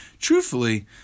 truthfully